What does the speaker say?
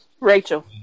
Rachel